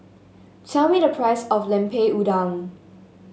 tell me the price of Lemper Udang